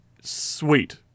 Sweet